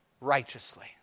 righteously